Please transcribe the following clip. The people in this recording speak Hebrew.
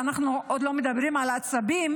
ואנחנו עוד לא מדברים על העצבים